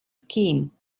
scheme